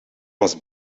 was